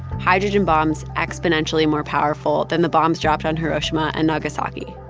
hydrogen bombs exponentially more powerful than the bombs dropped on hiroshima and nagasaki.